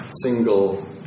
single